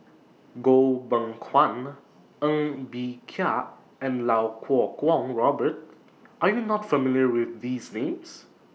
Goh Beng Kwan Ng Bee Kia and Iau Kuo Kwong Robert Are YOU not familiar with These Names